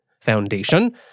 Foundation